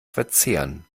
verzehren